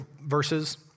verses